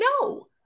No